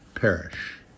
Perish